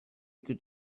could